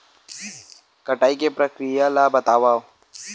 कटाई के प्रक्रिया ला बतावव?